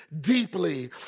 deeply